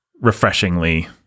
refreshingly